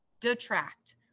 detract